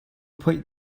phoih